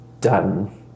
done